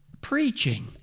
preaching